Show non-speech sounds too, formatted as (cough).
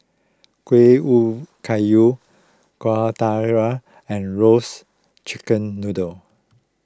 Kueh (unintelligible) Kayu Kueh Dadar and Roasted Chicken Noodle